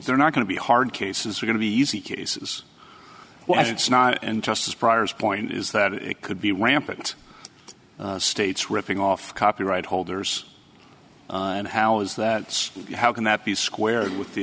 they're not going to be hard cases are going to be easy cases well as it's not and justice prior's point is that it could be rampant states ripping off copyright holders and how is that how can that be squared with the